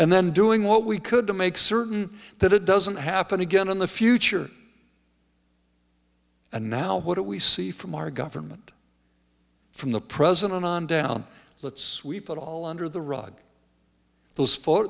and then doing what we could to make certain that it doesn't happen again in the future and now what we see from our government from the president on down lets we put all under the rug those